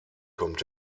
kommt